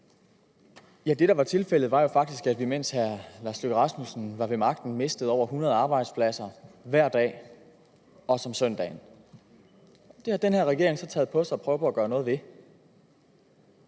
(S): Det, der var tilfældet, var jo faktisk, at vi, mens hr. Lars Løkke Rasmussen var ved magten, mistede over 100 arbejdspladser hver dag, også om søndagen. Og det har den her regering så taget på sig at prøve at gøre noget ved.